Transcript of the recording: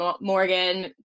Morgan